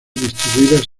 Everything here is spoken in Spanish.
distribuidas